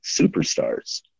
superstars